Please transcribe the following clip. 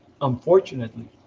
unfortunately